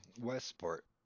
Westport